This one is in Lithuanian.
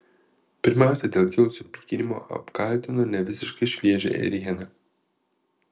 pirmiausia dėl kilusio pykinimo apkaltino nevisiškai šviežią ėrieną